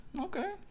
Okay